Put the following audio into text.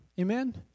Amen